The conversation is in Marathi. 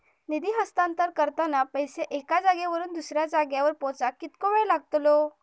निधी हस्तांतरण करताना पैसे एक्या जाग्यावरून दुसऱ्या जाग्यार पोचाक कितको वेळ लागतलो?